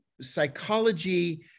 psychology